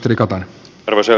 arvoisa puhemies